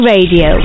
Radio